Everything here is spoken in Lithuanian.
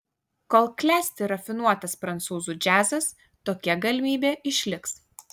kol klesti rafinuotas prancūzų džiazas tokia galimybė išliks